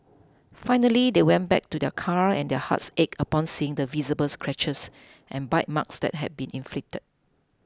finally they went back to their car and their hearts ached upon seeing the visible scratches and bite marks that had been inflicted